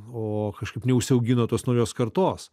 o kažkaip neužsiaugino tos naujos kartos